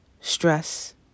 stress